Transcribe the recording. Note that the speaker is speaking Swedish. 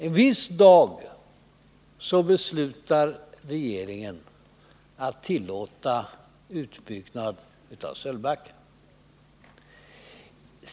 En viss dag beslutar regeringen att tillåta utbyggnad av Sölvbackaströmmar = Nr 33 na.